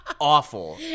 awful